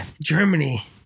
Germany